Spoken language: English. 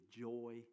joy